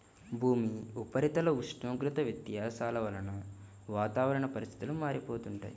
భూమి ఉపరితల ఉష్ణోగ్రత వ్యత్యాసాల వలన వాతావరణ పరిస్థితులు మారిపోతుంటాయి